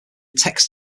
text